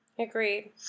agreed